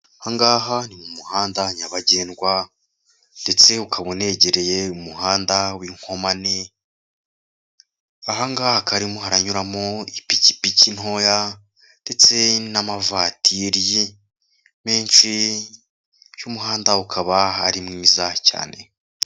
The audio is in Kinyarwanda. Aha ngaha ni mu muhanda nyabagendwa, ndetse ukaba unegereye umuhanda w'inkomane, aha ngaha hakaba harimo haranyuramo ipikipiki ntoya ndetse n'amavatiri menshi, uyu umuhanda ukaba ari mwiza cyane.